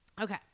Okay